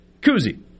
Koozie